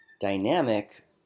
dynamic